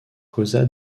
causa